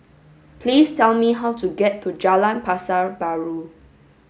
please tell me how to get to Jalan Pasar Baru